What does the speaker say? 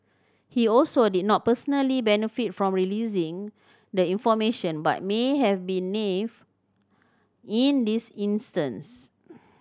he also did not personally benefit from releasing the information but may have been nave in this instance